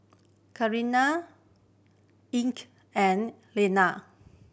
Kenney Ike and Linnea